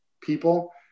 people